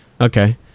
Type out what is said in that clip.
okay